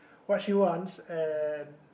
what she wants and